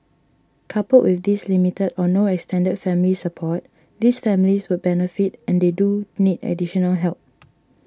coupled with this limited or no extended family support these families would benefit and they do need additional help